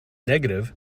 negative